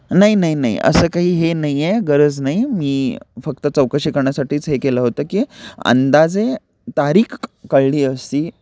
नाही नाही नाही असं काही हे नाही आहे गरज नाही मी फक्त चौकशी करण्यासाठीच हे केलं होतं की अंदाजे तारीख कळली असती